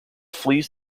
flees